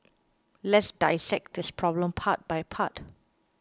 let's dissect this problem part by part